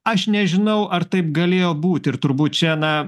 aš nežinau ar taip galėjo būt ir turbūt čia na